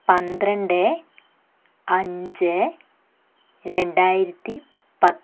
പന്ത്രണ്ട് അഞ്ച് രണ്ടായിരത്തി പത്ത്